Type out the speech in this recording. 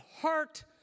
heart